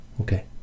Okay